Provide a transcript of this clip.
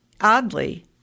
oddly